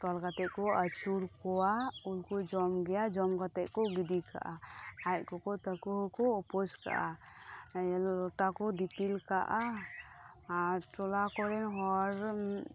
ᱛᱚᱞ ᱠᱟᱛᱮᱫ ᱠᱚ ᱟᱪᱩᱨ ᱠᱚᱣᱟ ᱩᱱ ᱠᱚ ᱡᱚᱢ ᱜᱮᱭᱟ ᱡᱚᱢ ᱠᱟᱛᱮᱫ ᱠᱚ ᱜᱤᱰᱤ ᱠᱟᱜᱼᱟ ᱟᱡ ᱜᱚᱜᱚ ᱛᱟᱠᱚ ᱦᱚᱸ ᱠᱚ ᱩᱯᱟᱹᱥ ᱠᱟᱜᱼᱟ ᱞᱚᱴᱟ ᱠᱚ ᱫᱤᱯᱤᱞ ᱠᱟᱜᱼᱟ ᱟᱨ ᱴᱚᱞᱟ ᱠᱚᱨᱮᱱ ᱦᱚᱲ